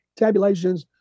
tabulations